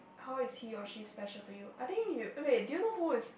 how is he or she special to you I think you wait do you know who is